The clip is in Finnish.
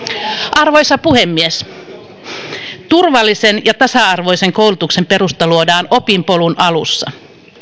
arvoisa puhemies turvallisen ja tasa arvoisen koulutuksen perusta luodaan opinpolun alussa